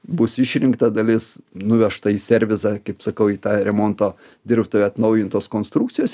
bus išrinkta dalis nuvežta į servizą kaip sakau į tą remonto dirbtuvę atnaujintos konstrukcijos